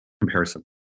comparison